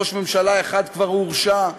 ראש ממשלה אחד כבר הורשע,